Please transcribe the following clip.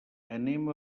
anem